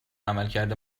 عملکرد